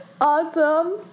Awesome